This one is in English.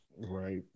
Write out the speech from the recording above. Right